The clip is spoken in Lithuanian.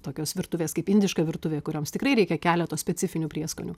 tokios virtuvės kaip indiška virtuvė kurioms tikrai reikia keleto specifinių prieskonių